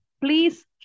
please